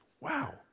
wow